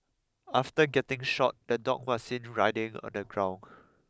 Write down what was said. after getting shot the dog was seen writhing on the ground